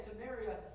Samaria